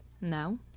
No